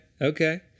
Okay